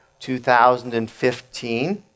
2015